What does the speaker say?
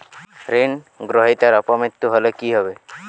ঋণ গ্রহীতার অপ মৃত্যু হলে কি হবে?